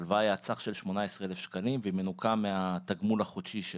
ההלוואה היא על סך של 18,000 שקלים והיא מנוכה מהתגמול החודשי שלו.